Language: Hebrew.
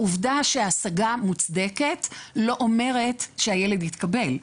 העובדה שההשגה מוצדקת לא אומרת שהילד יתקבל.